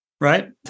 Right